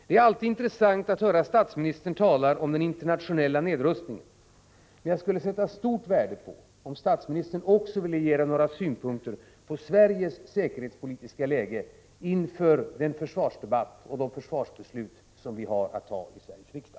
Det är alltid intressant att höra statsministern tala om den internationella nedrustningen, men jag skulle sätta stort värde på om statsministern också ville ge några synpunkter på Sveriges säkerhetspolitiska läge inför den försvarsdebatt och de försvarsbeslut som förestår i Sveriges riksdag.